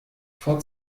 vor